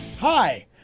Hi